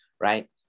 right